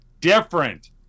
different